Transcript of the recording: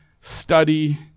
study